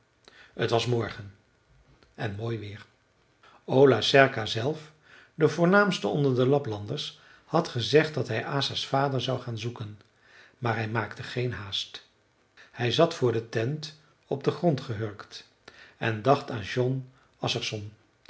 t was morgen en mooi weer ola serka zelf de voornaamste onder de laplanders had gezegd dat hij asa's vader zou gaan zoeken maar hij maakte geen haast hij zat voor de tent op den grond gehurkt en dacht aan jon assarsson